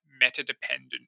meta-dependent